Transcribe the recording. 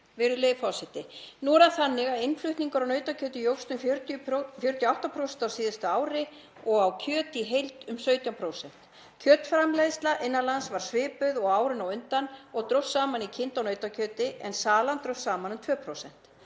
Nú er það þannig að innflutningur á nautakjöti jókst um 48% á síðasta ári og á kjöti í heild um 17%. Kjötframleiðsla innan lands var svipuð og á árinu á undan og dróst saman í kinda- og nautakjöti en salan dróst saman um 2%.